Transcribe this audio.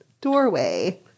doorway